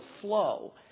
flow